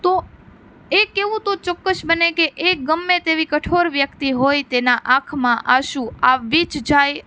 તો એ કહેવું તો ચોક્કસ બને કે એ ગમે તેવી કઠોર વ્યક્તિ હોય તેના આંખમાં આસું આવી જ જાય